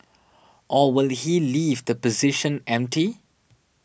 or will he leave the position empty